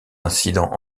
incidents